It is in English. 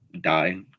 die